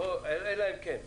אלא אם כן.